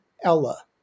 Ella